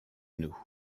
nous